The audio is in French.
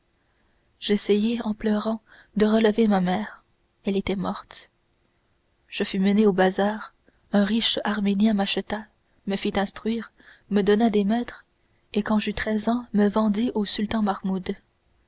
j'essayai en pleurant de relever ma mère elle était morte je fus menée au bazar un riche arménien m'acheta me fit instruire me donna des maîtres et quand j'eus treize ans me vendit au sultan mahmoud